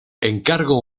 encargo